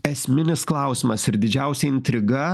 esminis klausimas ir didžiausia intriga